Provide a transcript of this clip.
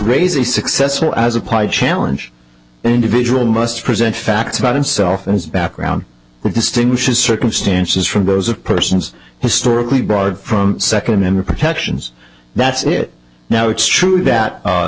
raise a successful as applied challenge an individual must present facts about himself and his background distinguishes circumstances from those of persons historically barred from second amendment protections that's it now it's true that